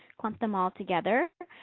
clump them all together.